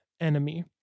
enemy